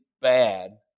bad